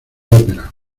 ópera